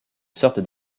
sorte